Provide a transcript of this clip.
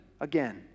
again